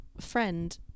friend